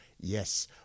Yes